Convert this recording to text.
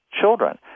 children